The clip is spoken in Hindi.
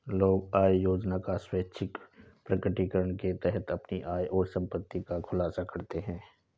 लोग आय योजना का स्वैच्छिक प्रकटीकरण के तहत अपनी आय और संपत्ति का खुलासा करते है